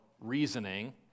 reasoning